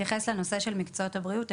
לנושא של מקצועות הבריאות.